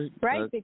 right